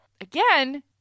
again